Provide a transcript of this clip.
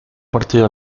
partido